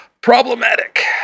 problematic